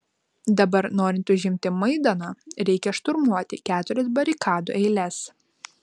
dabar norint užimti maidaną reikia šturmuoti keturias barikadų eiles